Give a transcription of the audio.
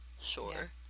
sure